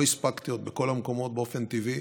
לא הספקתי עוד בכל המקומות, באופן טבעי.